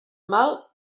mal